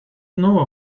know